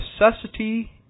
necessity